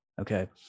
okay